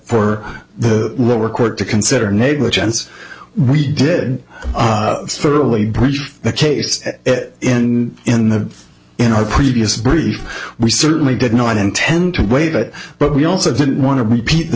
for the lower court to consider negligence we did through a brief case in the in our previous brief we certainly did not intend to weigh that but we also didn't want to repeat the